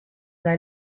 dai